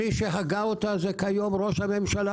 מי שהגה אותה הוא ראש הממשלה כיום,